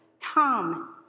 Come